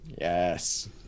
yes